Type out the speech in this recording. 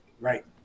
Right